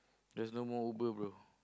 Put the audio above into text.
there's no more Uber bro